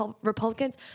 Republicans